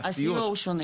הסיוע הוא שונה.